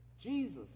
Jesus